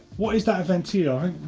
what is that event to you?